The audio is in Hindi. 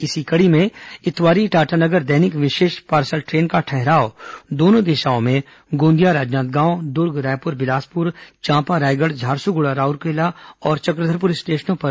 इसी कड़ी में इतवारी टाटानगर दैनिक विशेष पार्सल ट्रेन का ठहराव दोनों दिशाओं में गोंदिया राजनांदगांव दुर्ग रायपुर बिलासपुर चांपा रायगढ़ झारसुगड़ा राउरकेला और चक्रधरपुर स्टेशनों में दिया गया है